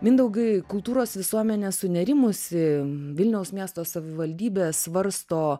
mindaugai kultūros visuomenė sunerimusi vilniaus miesto savivaldybė svarsto